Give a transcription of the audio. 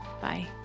Bye